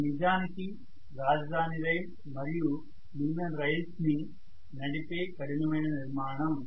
ఇది నిజానికి రాజధాని రైల్ మరియు మిగిలిన రైల్ ని నడిపే కఠినమైన నిర్మాణం